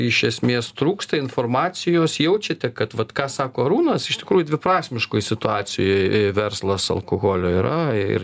iš esmės trūksta informacijos jaučiate kad vat ką sako arūnas iš tikrųjų dviprasmiškoj situacijoj verslas alkoholio yra ir